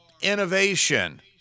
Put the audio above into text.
innovation